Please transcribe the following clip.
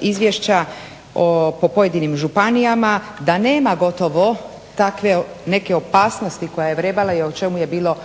izvješća o, po pojedinim županijama, da nema gotovo takve neke opasnosti koja je vrebala i o čemu je bilo